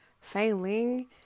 Failing